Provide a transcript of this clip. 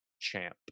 champ